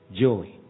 Joy